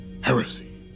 heresy